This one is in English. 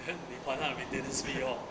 then 你还他的 maintainance fee orh